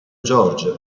george